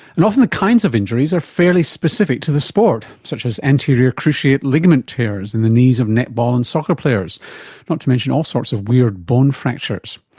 and often the kinds of injuries are fairly specific to the sport, such as anterior cruciate ligament tears in the knees of netball and soccer players, and not to mention all sorts of weird bone fractures.